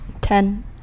Ten